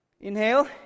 Inhale